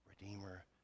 redeemer